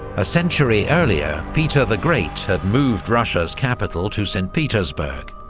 a century earlier, peter the great had moved russia's capital to st petersburg,